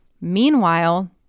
Meanwhile